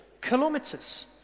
kilometers